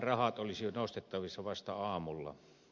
rahat olisi nostettavissa vasta aamulla